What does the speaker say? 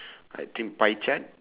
I think pie chart